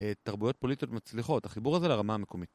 תרבויות פוליטיות מצליחות, החיבור הזה לרמה המקומית.